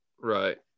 right